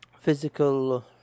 physical